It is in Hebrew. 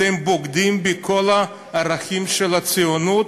אתם בוגדים בכל הערכים של הציונות,